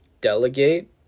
Delegate